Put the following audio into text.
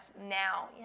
now